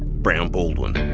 brown baldwin.